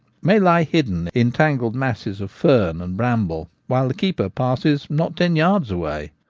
may lie hidden in tangled masses of fern and bramble, while the keeper passes not ten yards away.